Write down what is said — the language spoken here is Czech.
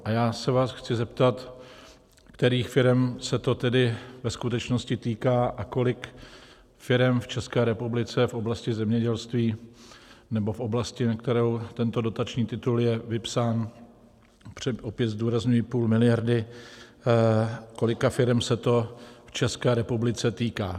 A já se vás chci zeptat, kterých firem se to tedy ve skutečnosti týká a kolik firem v České republice je v oblasti zemědělství nebo v oblasti, na kterou tento dotační titul je vypsán opět zdůrazňuji, půl miliardy, kolika firem se to v České republice týká.